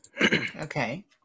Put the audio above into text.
Okay